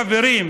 חברים,